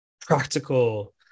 practical